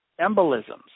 embolisms